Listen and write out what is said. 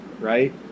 right